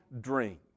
drink